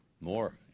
more